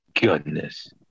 goodness